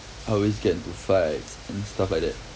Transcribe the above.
I always get into fights and stuff like that